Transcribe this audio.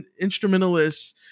instrumentalists